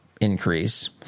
increase